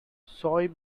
soy